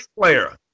player